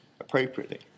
appropriately